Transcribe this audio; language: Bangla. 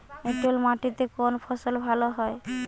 এঁটেল মাটিতে কোন ফসল ভালো হয়?